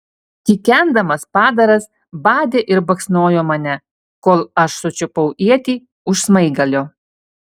kikendamas padaras badė ir baksnojo mane kol aš sučiupau ietį už smaigalio